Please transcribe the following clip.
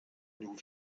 nous